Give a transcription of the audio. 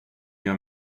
gör